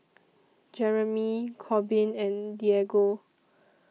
Jereme Corbin and Diego